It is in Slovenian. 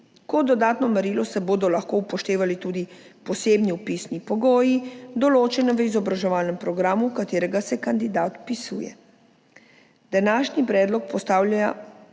Kot dodatno merilo se bodo lahko upoštevali tudi posebni vpisni pogoji, določeni v izobraževalnem programu, v katerega se kandidat vpisuje. Današnji predlog vzpostavlja